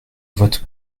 vote